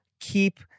keep